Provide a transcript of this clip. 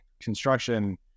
construction